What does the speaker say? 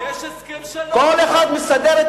כל אחד מסדר את